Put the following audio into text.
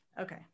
Okay